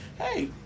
hey